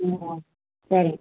ம் சரிங்க